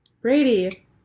Brady